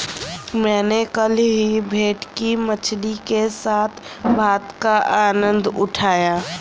मैंने कल ही भेटकी मछली के साथ भात का आनंद उठाया